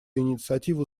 инициативу